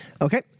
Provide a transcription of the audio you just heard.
okay